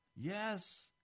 Yes